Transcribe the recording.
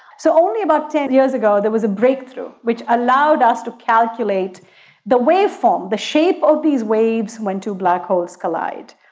so only about ten years ago there was a breakthrough which allowed us to calculate the wave form, the shape of these waves when two black holes collide.